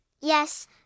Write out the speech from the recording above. yes